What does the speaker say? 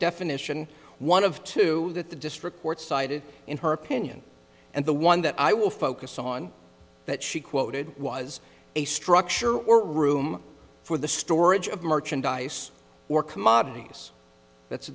definition one of two that the district court cited in her opinion and the one that i will focus on that she quoted was a structure or room for the storage of merchandise or commodities that's